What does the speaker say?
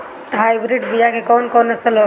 Hybrid बीया के कौन कौन नस्ल होखेला?